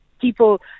People